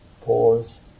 pause